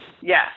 yes